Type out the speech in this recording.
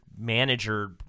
manager